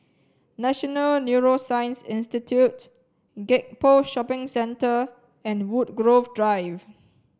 National Neuroscience Institute Gek Poh Shopping Centre and Woodgrove Drive